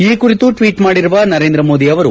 ಈ ಕುರಿತು ಟ್ಲೀಟ್ ಮಾಡಿರುವ ನರೇಂದ್ರ ಮೋದಿ ಅವರು